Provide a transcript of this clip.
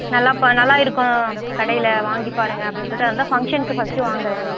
நல்லா ப நல்லா இருக்கும் கடையில் வாங்கி பாருங்கள் அப்படின்னு சொல்லிட்டு அதனால் தான் ஃபங்க்ஷனுக்கு ஃபர்ஸ்ட்டு வாங்கறேன்